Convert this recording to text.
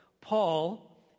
Paul